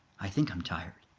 i think i'm tired.